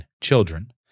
children